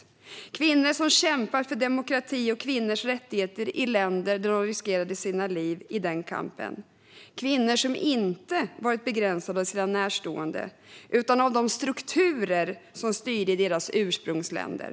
Det fanns kvinnor som kämpat för demokrati och kvinnors rättigheter i länder där de riskerade sina liv i den kampen och kvinnor som inte varit begränsade av sina närstående utan av de strukturer som styrde i deras ursprungsländer.